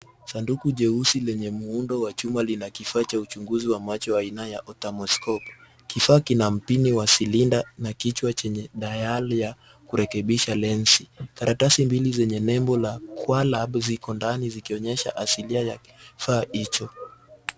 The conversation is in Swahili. Sanduku jeusi lenye muundo wa chuma lina kifaa cha uchunguzi wa macho wa aina ya thermoscope .Kifaa kina mpini wa cylinder na kichwa chenye dayali ya kurekebisha lenzi .Karatasi mbili zenye nembo la Qualab ziko ndani zikionyesha asilia ya kifaa hicho.